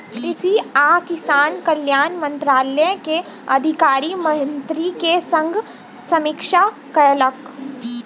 कृषि आ किसान कल्याण मंत्रालय के अधिकारी मंत्री के संग समीक्षा कयलक